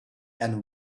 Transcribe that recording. and